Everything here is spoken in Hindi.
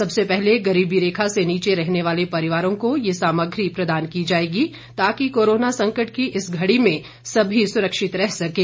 सबसे पहले गरीबी रेखा से नीचे रहने वाले परिवारों को यह सामग्री प्रदान की जाएगी ताकि कोरोना संकट की इस घड़ी में सभी सुरक्षित रह सकें